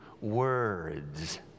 words